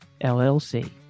LLC